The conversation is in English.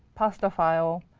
pass the file.